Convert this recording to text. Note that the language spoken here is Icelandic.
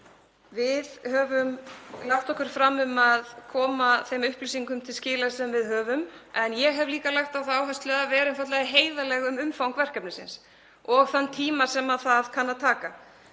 Við höfum lagt okkur fram um að koma þeim upplýsingum til skila sem við höfum en ég hef líka lagt á það áherslu að vera einfaldlega heiðarleg um umfang verkefnisins og þann tíma sem það kann að taka.